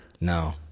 No